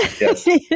Yes